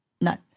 No